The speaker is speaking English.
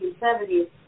1970s